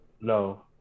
No